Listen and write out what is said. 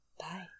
Bye